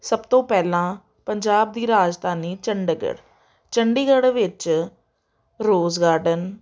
ਸਭ ਤੋਂ ਪਹਿਲਾਂ ਪੰਜਾਬ ਦੀ ਰਾਜਧਾਨੀ ਚੰਡੀਗੜ੍ਹ ਚੰਡੀਗੜ੍ਹ ਵਿੱਚ ਰੋਜ ਗਾਰਡਨ